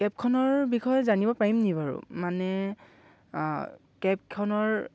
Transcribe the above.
কেবখনৰ বিষয়ে জানিব পাৰিম নেকি বাৰু মানে কেবখনৰ